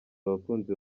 abakunzi